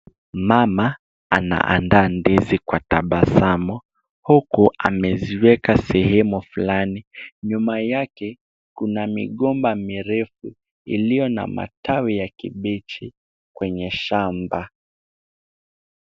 Mama anaandaa ndizi kwa tabasamu, huku ameziweka sehemu fulani. Nyuma yake kuna migomba mirefu iliyo na matawi ya kibichi kwenye shamba.